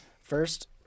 first